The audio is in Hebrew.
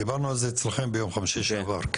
דיברנו על זה אצלכם ביום חמישי שעבר.